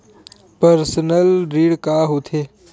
Personal ऋण का होथे?